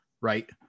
right